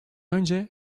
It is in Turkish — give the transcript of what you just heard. önce